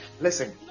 listen